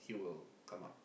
he will come up